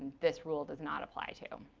this rule does not apply to.